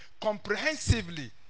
comprehensively